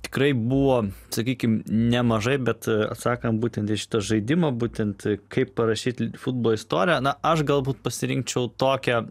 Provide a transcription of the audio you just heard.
tikrai buvo sakykim nemažai bet atsakant būtent į šitą žaidimą būtent kaip parašyti futbolo istoriją na aš galbūt pasirinkčiau tokią